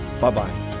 Bye-bye